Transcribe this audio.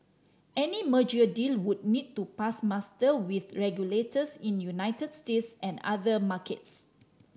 any merger deal would need to pass muster with regulators in United States and other markets